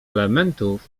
elementów